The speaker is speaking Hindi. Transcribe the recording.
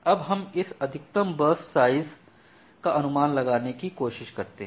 अब हम इस अधिकतम बर्स्ट साइज़ का अनुमान लगाने की कोशिश करते हैं